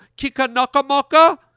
Kikanakamaka